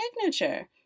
signature